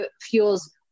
fuels